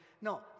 no